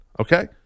okay